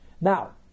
Now